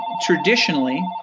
traditionally –